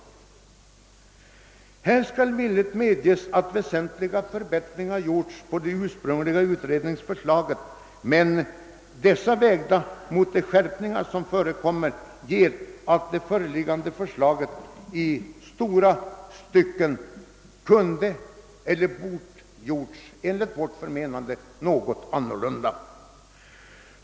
Här skall villigt medges att väsentliga förbättringar gjorts, men dessa väger tämligen lätt mot de skärpningar som förekommer. Det föreliggande förslaget borde således i stora stycken ha kunnat utformas något annorlunda.